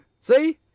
See